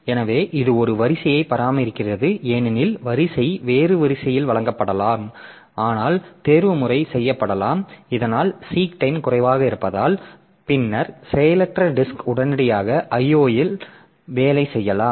எனவே இது ஒரு வரிசையை பராமரிக்கிறது ஏனெனில் வரிசை வேறு வரிசையில் வழங்கப்படலாம் ஆனால் தேர்வுமுறை செய்யப்படலாம் இதனால் சீக் டைம் குறைவாக இருப்பதால் பின்னர் செயலற்ற டிஸ்க் உடனடியாக IO இல் வேலை செய்யலாம்